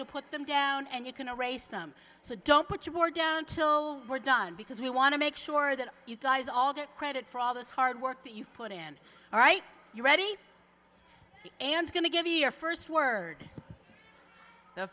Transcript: to put them down and you can erase them so don't put your down till we're done because we want to make sure that you guys all get credit for all those hard work that you put in all right you ready and going to give you your first word the